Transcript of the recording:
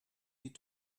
die